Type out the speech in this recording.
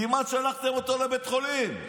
כמעט שלחתם אותו לבית חולים.